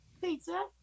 pizza